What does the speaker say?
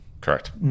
Correct